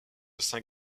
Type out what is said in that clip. saint